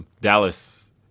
Dallas